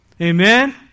Amen